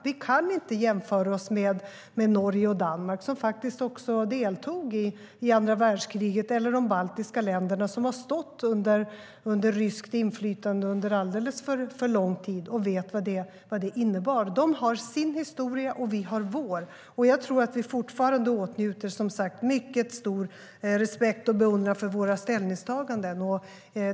Vi kan inte jämföra oss med Norge och Danmark, som faktiskt också deltog i andra världskriget, eller de baltiska länderna, som har stått under ryskt inflytande under alldeles för lång tid och vet vad det innebar.De har sin historia, och vi har vår, och jag tror som sagt att vi fortfarande åtnjuter mycket stor respekt och beundran för våra ställningstaganden.